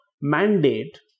mandate